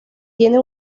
tiene